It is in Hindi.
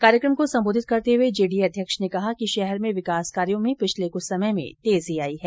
कार्यक्रम को संबोधित करते हुए जेडीए अध्यक्ष ने कहा कि शहर में विकास कार्यों में पिछले कुछ समय में तेजी आई है